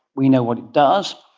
we know what it does,